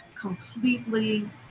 completely